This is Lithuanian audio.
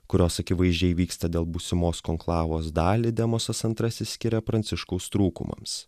kurios akivaizdžiai vyksta dėl būsimos konklavos dalį demosas antrasis skiria pranciškaus trūkumams